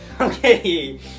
Okay